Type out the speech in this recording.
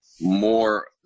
more